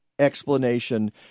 explanation